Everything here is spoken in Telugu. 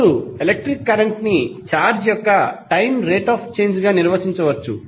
ఇప్పుడు ఎలక్ట్రిక్ కరెంట్ ని ఛార్జ్ యొక్క టైం రేట్ ఆఫ్ చేంజ్ గా నిర్వచించవచ్చు